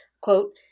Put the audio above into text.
Quote